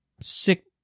six